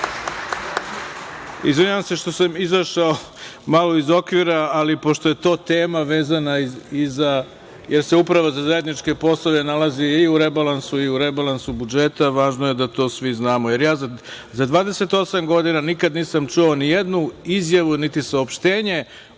Srbije. Izvinjavam se što sam izašao malo iz okvira, ali pošto je to tema vezana, jer se Uprava za zajedničke poslove nalazi i u rebalansu budžeta, važno je da to svi znamo. Ja za 28 godina nikad nisam čuo ni jednu izjavu, niti saopštenje